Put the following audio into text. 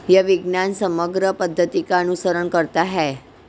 यह विज्ञान समग्र पद्धति का अनुसरण करता है